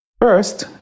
First